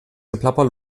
geplapper